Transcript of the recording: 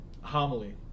homily